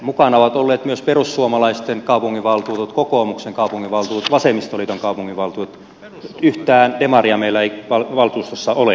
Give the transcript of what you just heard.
mukana ovat olleet myös perussuomalaisten kaupunginvaltuutetut kokoomuksen kaupunginvaltuutetut vasemmistoliiton kaupunginvaltuutetut yhtään demaria meillä ei valtuustossa ole tällä hetkellä